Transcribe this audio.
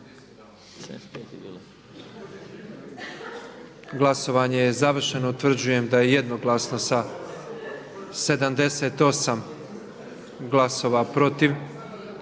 Glasovanje je završeno. Utvrđujem da smo većinom glasova 122 glasova za,